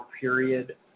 period